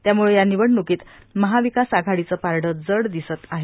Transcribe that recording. त्यामुळं या निवडण्कीत महाविकास आघाडीचं पारडं जड दिसत आहे